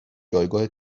جایگاه